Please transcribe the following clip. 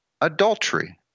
adultery